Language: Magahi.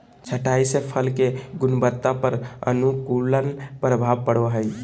छंटाई से फल के गुणवत्ता पर अनुकूल प्रभाव पड़ो हइ